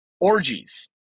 Orgies